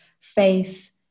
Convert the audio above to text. faith